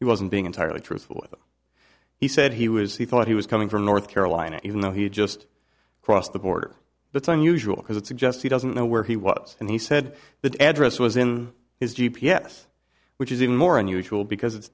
he wasn't being entirely truthful with them he said he was he thought he was coming from north carolina even though he just crossed the border that's unusual because it suggests he doesn't know where he was and he said the address was in his g p s which is even more unusual because it's